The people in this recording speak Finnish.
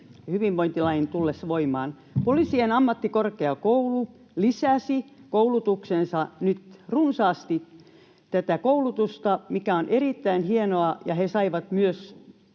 hyvinvointilain tullessa voimaan. Poliisiammattikorkeakoulu lisäsi koulutukseensa nyt runsaasti tätä koulutusta, mikä on erittäin hienoa, ja he saivat myös